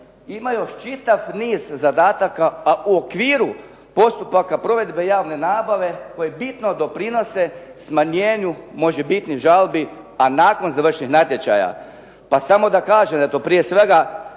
imaju čitav niz zadataka pa u okviru postupaka provedbe javne nabave koji bitno doprinose smanjenju možebitnih žalbi a nakon završenih natječaja. Pa samo da kažem da je to prije svega